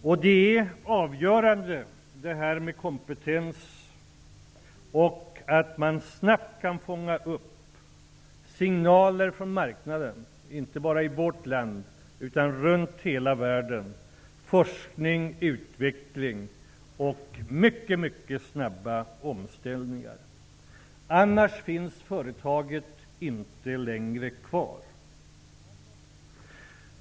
Kompetens är avgörande och att man snabbt kan fånga upp signaler från marknaden, inte bara i vårt land, utan runt hela världen. Forskning, utveckling och mycket, mycket snabba omställningar behövs, annars finns företagen inte längre kvar.